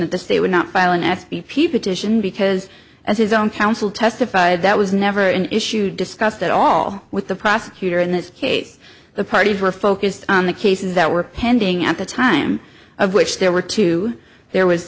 that the state would not file an s p p petition because as his own counsel testified that was never an issue discussed at all with the prosecutor in this case the parties were focused on the cases that were pending at the time of which there were two there was